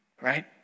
right